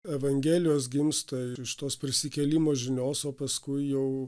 evangelijos gimsta ir iš tos prisikėlimo žinios o paskui jau